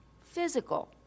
physical